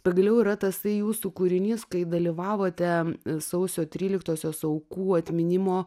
pagaliau yra tasai jūsų kūrinys kai dalyvavote sausio tryliktosios aukų atminimo